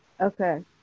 okay